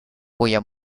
cuya